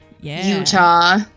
Utah